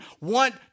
want